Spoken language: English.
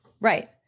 Right